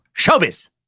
Showbiz